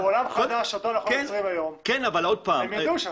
בעולם חדש אותו אנחנו יוצרים היום, הם ידעו.